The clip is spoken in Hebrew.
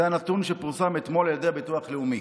זה הנתון שפורסם אתמול על ידי הביטוח הלאומי.